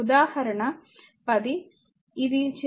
ఉదాహరణ 10 ఇది చిత్రం 1